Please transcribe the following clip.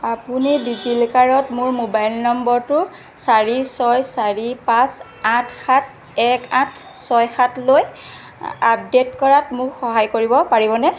আপুনি ডি জি লকাৰত মোৰ মোবাইল নম্বৰটো চাৰি ছয় চাৰি পাঁচ আঠ সাত এক আঠ ছয় সাতলৈ আপডেট কৰাত মোক সহায় কৰিব পাৰিবনে